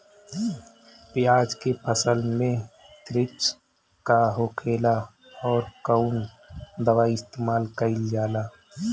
प्याज के फसल में थ्रिप्स का होखेला और कउन दवाई इस्तेमाल कईल जाला?